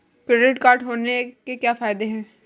Credit card होने के क्या फायदे हैं?